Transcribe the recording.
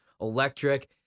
electric